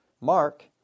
Mark